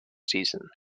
season